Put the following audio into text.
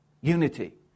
Unity